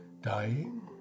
dying